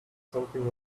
something